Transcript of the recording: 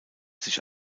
sich